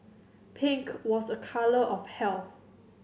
pink was a colour of health